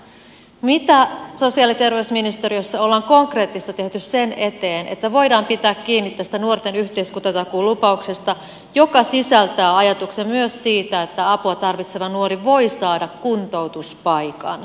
mitä konkreettista sosiaali ja terveysministeriössä on tehty sen eteen että voidaan pitää kiinni tästä nuorten yhteiskuntatakuun lupauksesta joka sisältää ajatuksen myös siitä että apua tarvitseva nuori voi saada kuntoutuspaikan